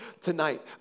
tonight